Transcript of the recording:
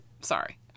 Sorry